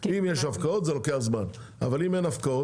אם יש הפקעות זה לוקח זמן, אבל אם אין הפקעות